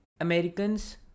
Americans